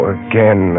again